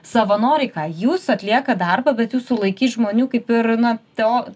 savanoriai ką jūs atlieka darbą bet jų sulaikyt žmonių kaip ir na to